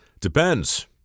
Depends